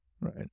Right